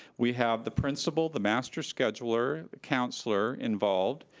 we have the principal, the master scheduler, councilor involved,